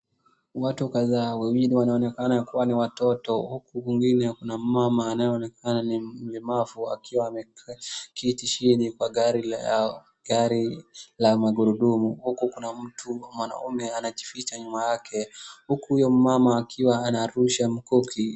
Watu kadhaa, wawili wanaonekana kuwa ni watoto huku kwingine kuna mmama anayeonekana ni mlemavu akiwa ameketi chini kwa gari lao, gari la magurudumu. Huku kuna mtu mwanaume anajificha nyuma yake. Huku huyo mmama akiwa anarusha mkuki.